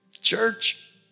Church